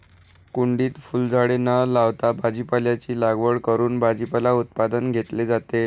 कुंडीत फुलझाडे न लावता भाजीपाल्याची लागवड करून भाजीपाला उत्पादन घेतले जाते